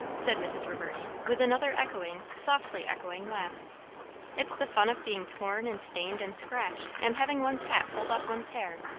said mrs. reverdy with another echoing, softly echoing, laugh it's the fun of being torn and stained and scratched, and having one's hat pulled off one's hair,